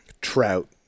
trout